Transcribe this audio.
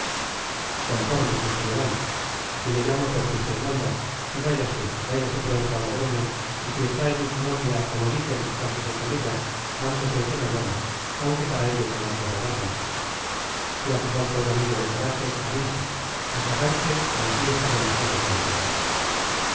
conformes conformes mi general así le llamo porque usted manda y váyase váyase pronto a logroño y si está allí su novia como dicen cásese con ella antes hoy que mañana aunque para ello tenga que robarla si hace falta un amigo de coraje avise a casarse y así estaremos todos contentos